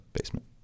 basement